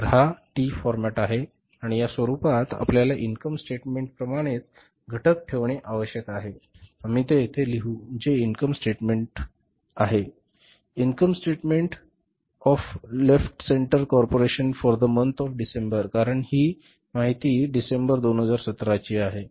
तर हा T format आहे आणि या स्वरुपात आपल्याला इन्कम स्टेटमेंट प्रमाणे घटक ठेवणे आवश्यक आहे आम्ही ते इथे लिहू जे इन्कम स्टेटमेंट आहे income statement of left center corporation for the month of December कारण ही माहिती डिसेंबर 2017 ची आहे